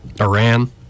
Iran